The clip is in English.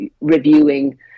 reviewing